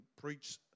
preach